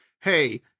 hey